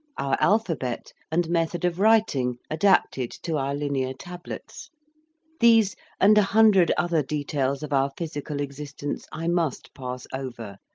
our alphabet, and method of writing, adapted to our linear tablets these and a hundred other details of our physical existence i must pass over,